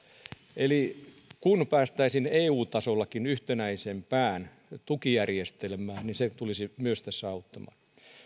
eli kun päästäisiin eu tasollakin yhtenäisempään tukijärjestelmään se tulisi myös tässä auttamaan